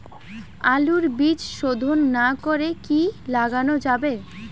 আলুর বীজ শোধন না করে কি লাগানো যাবে?